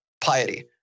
piety